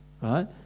right